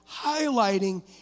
highlighting